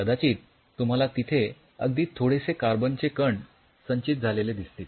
कदाचित तुम्हाला तिथे अगदी थोडेसे कार्बन चे कण संचित झालेले दिसतील